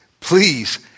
please